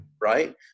right